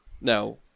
Now